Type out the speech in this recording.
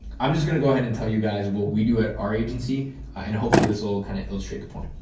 i'm just going to go ahead and tell you guys what we do at our agency and hopefully this will kind of illustrate the point.